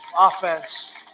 offense